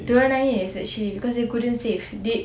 diorang nangis actually because they couldn't save